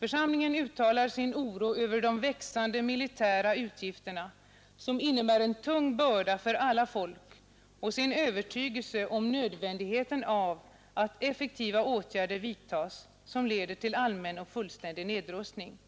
Församlingen uttalar sin oro över de växande militära utgifterna, som innebär en tung börda för alla folk, och sin övertygelse om nödvändigheten av att effektiva åtgärder vidtas som leder till allmän och fullständig nedrustning.